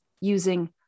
using